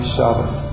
Shabbos